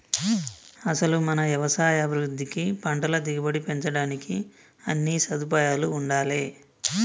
అసలు మన యవసాయ అభివృద్ధికి పంటల దిగుబడి పెంచడానికి అన్నీ సదుపాయాలూ ఉండాలే